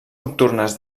nocturnes